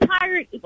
tired